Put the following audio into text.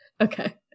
Okay